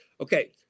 Okay